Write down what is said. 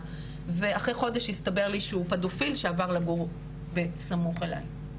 ואחרי חודש הסתבר לי שהוא פדופיל שעבר לגור בסמוך אלי,